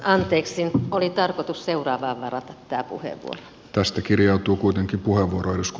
anteeksi oli tarkoitus seurata herättää puhe tästä kirjautuu kuitenkin kuivu rusko